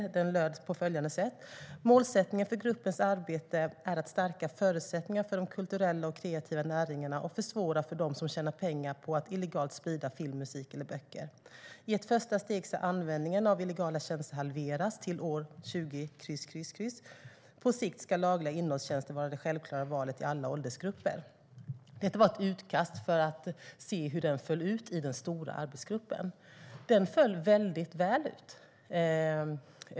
Förslaget löd på följande sätt: Målsättningen för gruppens arbete är att stärka förutsättningar för de kulturella och kreativa näringarna och försvåra för dem som tjänar pengar på att illegalt sprida film, musik eller böcker. I ett första steg ska användningen av illegala tjänster halveras till år "20XX", och på sikt ska lagliga innehållstjänster vara det självklara valet i alla åldersgrupper. Detta var ett utkast för att se hur förslaget föll ut i den stora arbetsgruppen. Det föll väldigt väl ut.